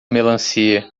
melancia